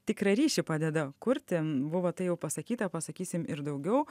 tikrą ryšį padeda kurti buvo tai jau pasakyta pasakysim ir daugiau